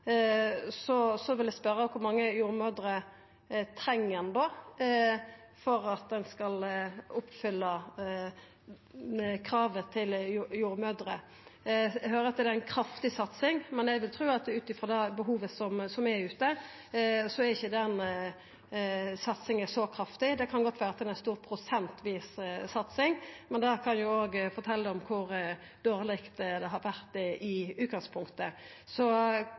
vil eg spørja kor mange jordmødrer ein treng for at ein skal oppfylla kravet til jordmødrer. Eg høyrer at det er ei kraftig satsing, men ut frå behovet som er der ute, vil eg ikkje tru at den satsinga er så kraftig. Det kan godt vera ei stor prosentvis satsing, men det kan jo òg fortelja om kor dårleg det har vore i utgangspunktet.